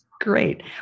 Great